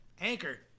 anchor